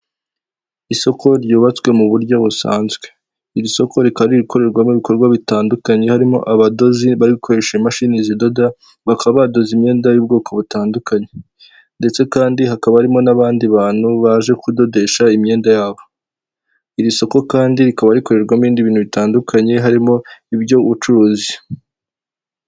Isoko ryubatswe mu buryo busanzwe. Iri soko rikaba ririgukorerwamo ibikorwa bitandukanye harimo abadozi bari gukoresha imashini zidoda bakaba badoze imyenda y'ubwoko butandukanye, ndetse kandi hakaba harimo n'abandi bantu baje kudodesha imyenda yabo. Iri soko kandi rikaba rikorerwamo indi bintu bitandukanye harimo iby'ubucuruzi.